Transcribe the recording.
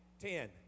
Ten